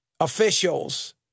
Officials